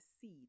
seed